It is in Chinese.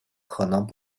可能